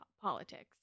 Politics